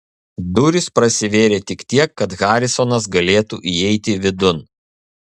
durys prasivėrė tik tiek kad harisonas galėtų įeiti vidun